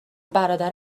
برادر